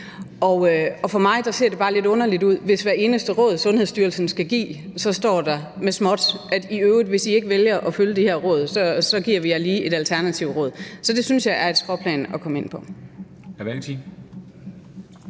og for mig ser det bare lidt underligt ud, hvis der ved hvert eneste råd, Sundhedsstyrelsen giver, skal stå med småt, at hvis I ikke vælger at følge det her råd, så giver vi jer lige et alternativt råd. Så det synes jeg er et skråplan at komme ind på.